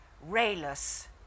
rayless